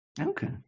Okay